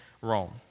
Rome